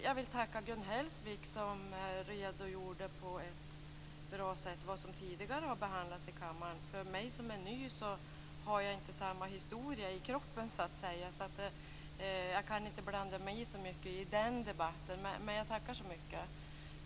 Jag vill tacka Gun Hellsvik som på ett bra sätt redogjorde för vad som tidigare behandlats i kammaren. För mig som är ny har jag inte samma historia i kroppen, och jag kan inte så mycket blanda mig i den debatten. Men jag tackar så mycket.